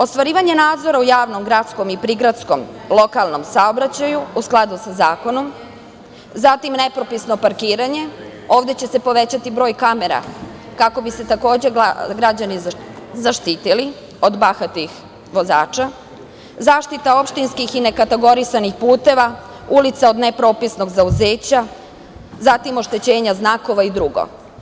Ostvarivanje nadzora u javnom gradskom i prigradskom lokalnom saobraćaju, u skladu sa zakonom, zatim nepropisno parkiranje, ovde će se povećati broj kamera kako bi se takođe građani zaštitili od bahatih vozača, zaštita opštinskih i nekategorisanih puteva i ulica od nepropisnog zauzeća, zatim oštećenja znakova i drugo.